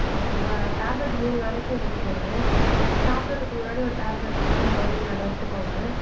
ஓகேவா நான் டேப்லெட் மூணு நாளைக்கு எழுதித் தரேன் சாப்பிட்டதுக் முன்னாடி ஒரு டேப்லெட் இருக்கு மார்னிங் அதை எடுத்துக்கோங்க